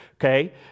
okay